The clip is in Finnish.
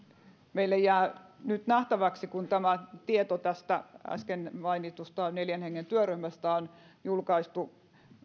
meille jää nyt nähtäväksi kun tämä tieto tästä äsken mainitusta neljän hengen työryhmästä on julkaistu